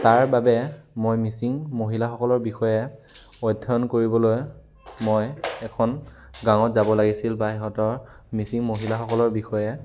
তাৰ বাবে মই মিচিং মহিলাসকলৰ বিষয়ে অধ্যয়ন কৰিবলৈ মই এখন গাঁৱত যাব লাগিছিল বা ইহঁতৰ মিচিং মহিলাসকলৰ বিষয়ে